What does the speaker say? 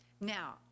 Now